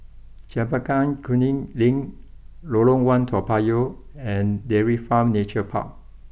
Chempaka Kuning Link Lorong one Toa Payoh and Dairy Farm Nature Park